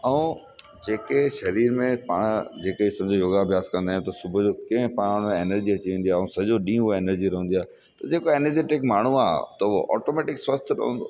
ऐं जेके शरीर में पाण जेके योग सॼो अभ्यास कंदा आहियूं त सुबुह जो कीअं पाण एनर्जी अची वेंदी आहे ऐं सॼो ॾींहुं उहो एनर्जी रहंदी आहे जेको एनरजेटिक माण्हू आहे त उहो ऑटोमेटिक स्वस्थ रहंदो